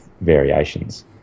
variations